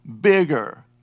bigger